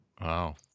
Wow